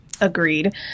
agreed